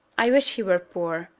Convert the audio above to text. i wish he were poor,